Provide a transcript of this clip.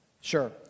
Sure